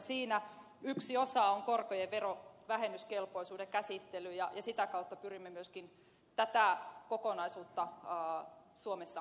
siinä yksi osa on korkojen verovähennyskelpoisuuden käsittely ja sitä kautta pyrimme myöskin tätä veronkiertokokonaisuutta suomessa kitkemään